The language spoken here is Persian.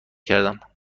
کردم